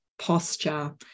posture